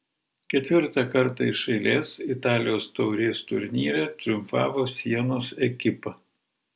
ketvirtą kartą iš eilės italijos taurės turnyre triumfavo sienos ekipa